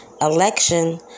election